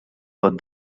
got